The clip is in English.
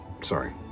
Sorry